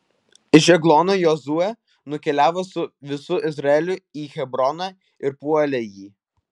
iš eglono jozuė nukeliavo su visu izraeliu į hebroną ir puolė jį